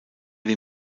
die